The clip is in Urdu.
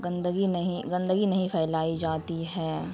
گندگی نہیں گندگی نہیں پھیلائی جاتی ہے